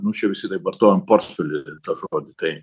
nu čia visi taip vartojam portfely tą žodį tai